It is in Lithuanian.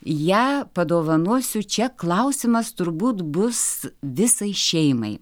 ją padovanosiu čia klausimas turbūt bus visai šeimai